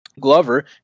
glover